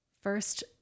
first